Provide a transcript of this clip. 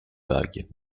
vagues